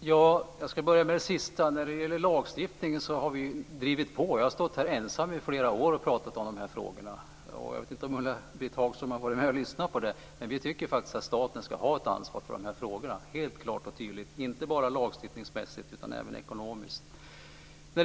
Fru talman! Jag ska börja med det sista. När det gäller lagstiftning så har vi drivit på. Jag har stått här ensam i flera år och pratat om de här frågorna. Jag vet inte om Ulla-Britt Hagström har varit med och lyssnat på det, men vi tycker faktiskt att staten ska ha ett ansvar för de här frågorna. Det är helt klart och tydligt. Det gäller inte bara lagstiftningsmässigt utan även ekonomiskt. Jag